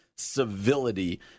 civility